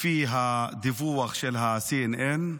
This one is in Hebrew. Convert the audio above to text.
לפי הדיווח של CNN,